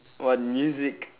what music